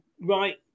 right